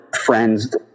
friends